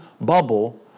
bubble